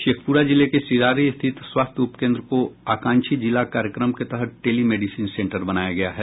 शेखप्रा जिले के सिरारी स्थित स्वास्थ्य उप केन्द्र को आकांक्षी जिला कार्यक्रम के तहत टेली मेडिसीन सेंटर बनाया गया है